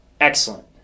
Excellent